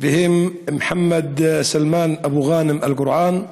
והם מוחמד סלמאן אבו גאנם אל גורעאן,